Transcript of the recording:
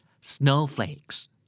Snowflakes